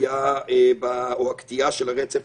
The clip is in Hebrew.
ופגיעה או קטיעה של רצף